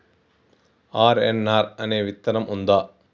RNR అనే విత్తనం ఉందా?